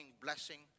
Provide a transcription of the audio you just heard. blessing